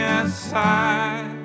inside